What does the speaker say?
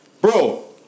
Bro